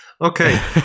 Okay